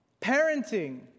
parenting